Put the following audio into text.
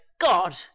god